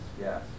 yes